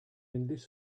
endless